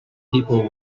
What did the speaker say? people